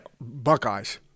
Buckeyes